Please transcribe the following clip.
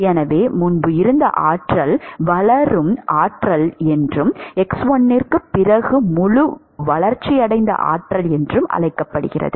எனவே முன்பு இருந்த ஆற்றல் வளரும் ஆற்றல் என்றும் x1க்குப் பிறகு முழு வளர்ச்சியடைந்த ஆற்றல் என்றும் அழைக்கப்படுகிறது